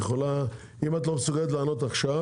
אם את לא מסוגלת לענות עכשיו